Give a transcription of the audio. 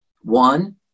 One